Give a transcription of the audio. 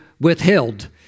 withheld